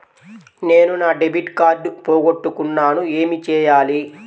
నేను నా debit card పోగొట్టుకున్నాను ఏమి చేయాలి?